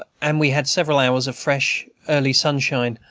and we had several hours of fresh, early sunshine,